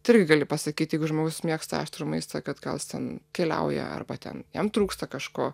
tai irgi gali pasakyt jeigu žmogus mėgsta aštrų maistą kad gal jis ten keliauja arba ten jam trūksta kažko